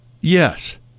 Yes